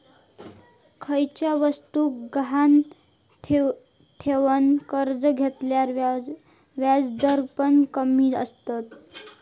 खयच्या वस्तुक गहाण ठेवन कर्ज घेतल्यार व्याजदर पण कमी आसतत